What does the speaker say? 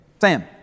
Sam